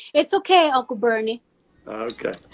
it's ok, uncle bernie ok